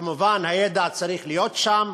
כמובן, הידע צריך להיות שם,